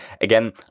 Again